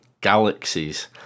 galaxies